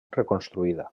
reconstruïda